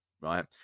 right